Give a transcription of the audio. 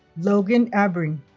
logan abbring